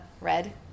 red